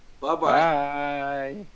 Bye-bye